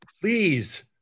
Please